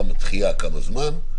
גם דחייה כמה זמן,